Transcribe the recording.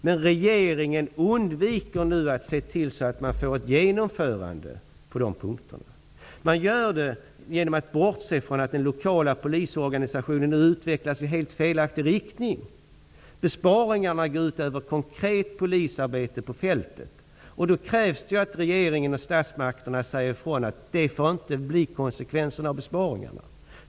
Men regeringen undviker att se till att få ett genomförande till stånd på dessa punkter. Det gör man genom att bortse från att den lokala polisorganisationen nu utvecklas i helt felaktig riktning. Besparingarna går nu ut över konkret polisarbete på fältet. Då krävs det att regeringen och statsmakterna säger ifrån att detta inte får bli konsekvenserna av besparingarna.